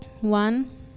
One